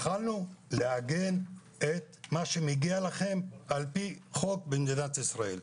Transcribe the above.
התחלנו לעגן את מה שמגיע לכם על פי חוק במדינת ישראל.